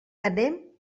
anem